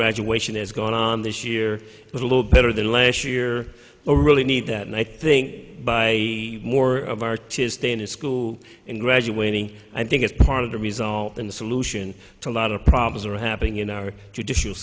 graduation is going on this year but a little better than last year a really need that and i think by the more of our to stay in school and graduating i think it's part of the result in the solution to a lot of problems are happening in our judicial